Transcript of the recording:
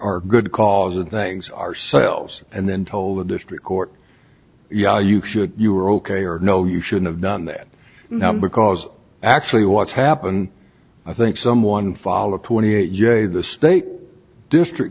are good cause of things ourselves and then told the district court yeah you should you were ok or no you should have done that now because actually what's happened i think someone followed twenty eight yea the state district